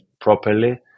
properly